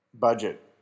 budget